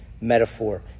metaphor